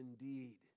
indeed